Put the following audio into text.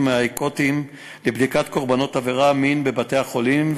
האקוטיים לבדיקת קורבנות עבירות מין בבתי-החולים,